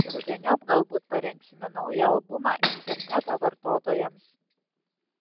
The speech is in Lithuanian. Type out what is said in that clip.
rudeniop galbūt parengsime naują albumą interneto vartotojams